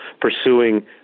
pursuing